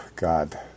God